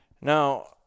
now